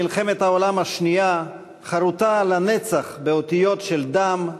מלחמת העולם השנייה חרותה לנצח באותיות של דם,